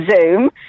Zoom